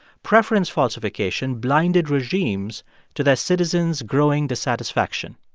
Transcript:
preference falsification blinded regimes to their citizens' growing dissatisfaction.